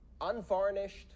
unvarnished